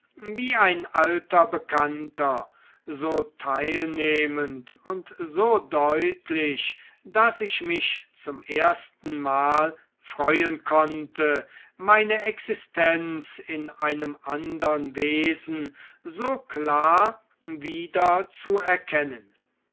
wie ein alter bekannter so teilnehmend und so deutlich daß ich mich zum erstenmal freuen konnte meine existenz in einem an dern wesen so klar wiederzuerkennen